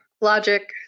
logic